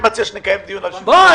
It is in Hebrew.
יהיה מיותר לחזור על הדברים שחבריי אמרו.